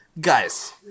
guys